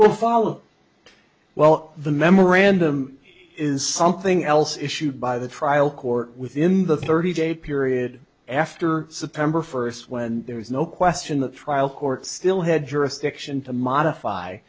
will follow well the memorandum is something else issued by the trial court within the thirty day period after september first when there is no question that trial court still had jurisdiction to modify